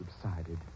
subsided